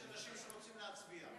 יש אנשים שרוצים להצביע.